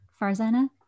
Farzana